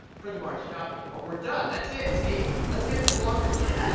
for the march jobs report, we're done. that's it. see? let's get to the longer-term stuff.